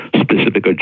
specific